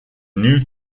new